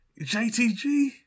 JTG